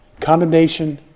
Condemnation